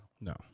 No